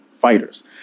fighters